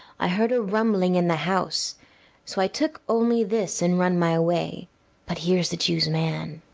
i heard a rumbling in the house so i took only this, and run my way but here's the jew's man.